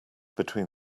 between